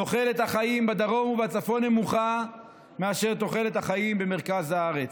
תוחלת החיים בדרום ובצפון נמוכה מתוחלת החיים במרכז הארץ.